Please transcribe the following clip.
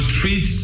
treat